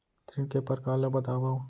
ऋण के परकार ल बतावव?